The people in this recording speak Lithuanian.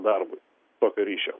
darbui tokio ryšio